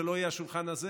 זה לא יהיה השולחן הזה,